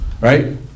right